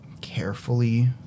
carefully